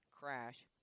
crash